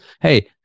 Hey